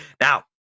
Now